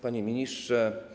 Panie Ministrze!